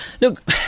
Look